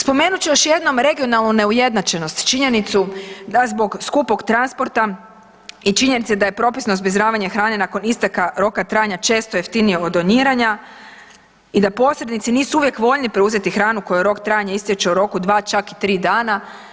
Spomenut ću još jednom regionalnu neujednačenost, činjenicu da zbog skupog transporta i činjenice da je propisno zbrinjavanje hrane nakon isteka roka trajanja često jeftinije od doniranja i da posrednici nisu uvijek voljni preuzeti hranu kojoj rok trajanja istječe u roku dva, čak i tri dana.